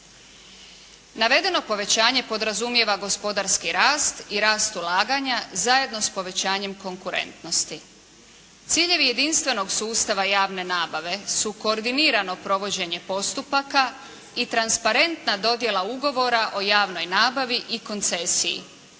Navedeno povećavanje podrazumijeva gospodarski rast i rast ulaganja zajedno s povećanjem konkurentnosti. Ciljevi jedinstvenog sustava javne nabave su koordinirano provođenje postupaka i transparentna dodjela ugovora o javnoj nabavi i koncesiji.